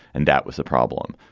and that was the problem.